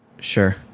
Sure